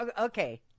Okay